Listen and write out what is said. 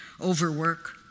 overwork